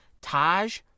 Taj